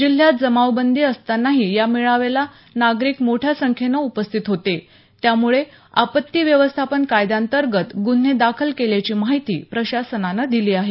जिल्ह्यात जमावबंदी असतानाही या मेळाव्याला नागरिक मोठ्या संख्येन उपस्थित होते त्यामुळे आपत्ती व्यवस्थापन कायद्याअतर्गत गुन्हे दाखल केल्याची माहिती प्रशासनानं दिली आहे